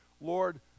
Lord